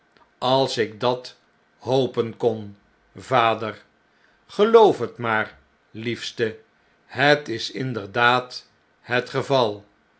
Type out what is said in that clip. als ik dat hopen kon vader greloof het maar liefste het isinderdaad het geval